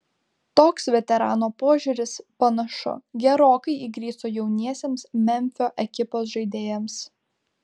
toks veterano požiūris panašu gerokai įgriso jauniesiems memfio ekipos žaidėjams